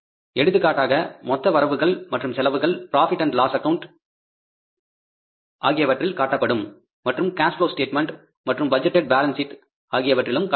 எடுத்துக்காட்டாக மொத்த வரவுகள் மற்றும் செலவுகள் ஃபிராஃபிட் அண்ட் லாஸ் அக்கவுண்டில் காட்டப்படும் மற்றும் கேஸ் பட்ஜெட் மற்றும் பட்ஜெட்டேட் பேலன்ஸ் ஷீட் ஆகியவற்றிலும் காட்டப்படும்